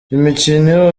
imikino